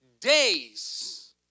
days